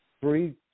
three